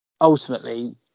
ultimately